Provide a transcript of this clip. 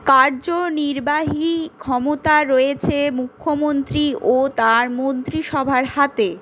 কার্যনির্বাহী ক্ষমতা রয়েছে মুখ্যমন্ত্রী ও তাঁর মন্ত্রিসভার হাতে